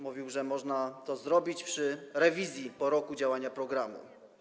Mówił, że można to zrobić przy okazji rewizji, po roku działania programu.